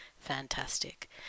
fantastic